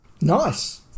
Nice